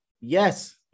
Yes